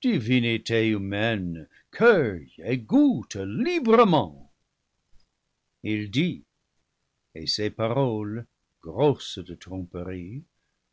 goûte librement il dit et ses paroles grosses de tromperie